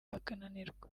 bakananirwa